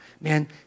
Man